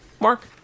Mark